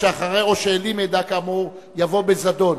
אחרי 'או שהעלים מידע כאמור' יבוא 'בזדון'."